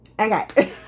okay